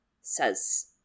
says